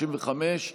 הסתייגויות 51,